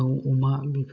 दाव अमा